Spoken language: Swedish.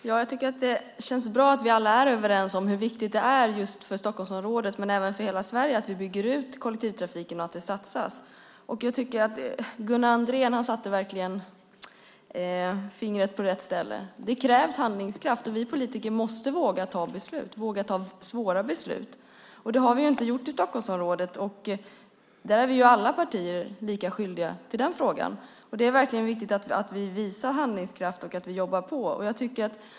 Herr talman! Det känns bra att vi alla är överens om hur viktigt det är för Stockholmsområdet, men även för hela Sverige, att vi satsar på och bygger ut kollektivtrafiken. Gunnar Andrén satte fingret på rätt ställe. Det krävs handlingskraft. Vi politiker måste våga fatta svåra beslut. Det har vi inte gjort i Stockholmsområdet. Där är alla partier lika skyldiga. Det är verkligen viktigt att vi visar handlingskraft och jobbar på.